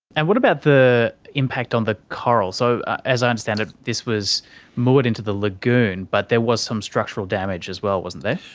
and what about the impact on the coral? so as i understand it this was moored into the lagoon but there was some structural damage as well, wasn't there?